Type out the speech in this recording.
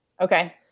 Okay